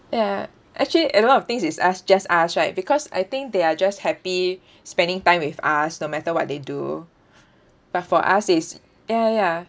ya actually a lot of things is us just us right because I think they are just happy spending time with us no matter what they do but for us it's ya ya ya